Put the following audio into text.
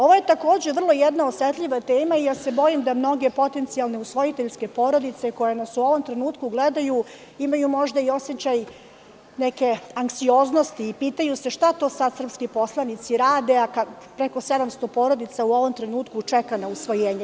Ovo je veoma osetljiva tema i bojim se da mnoge potencijalne usvojiteljske porodice, koje nas u ovom trenutku gledaju, imaju možda osećaj neke anksioznosti i pitaju se šta sada to srpski poslanici rade, a preko 700 porodica u ovom trenutku čeka na usvojenje.